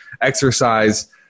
exercise